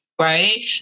right